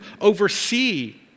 oversee